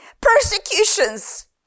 persecutions